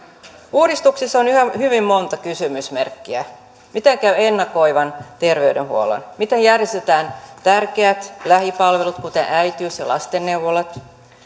uudistuksessa on yhä hyvin monta kysymysmerkkiä miten käy ennakoivan terveydenhuollon miten järjestetään tärkeät lähipalvelut kuten äitiys ja lastenneuvolat